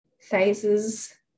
phases